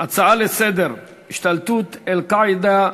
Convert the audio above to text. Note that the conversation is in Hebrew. בהצעות לסדר-היום בנושא: השתלטות "אל-קאעידה"